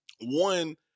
one